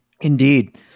Indeed